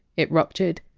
it ruptured,